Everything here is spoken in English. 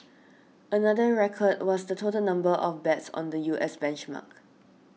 another record was the total number of bets on the U S benchmark